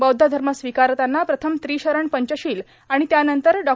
बौद्ध धर्म स्वीकारताना प्रथम त्रिशरण पंचशील आणि यानंतर डॉ